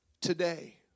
today